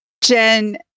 Jen